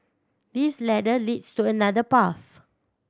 this ladder leads to another path